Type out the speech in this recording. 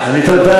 אני אקרא את זה.